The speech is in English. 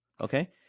Okay